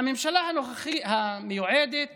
הממשלה המיועדת